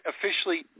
officially –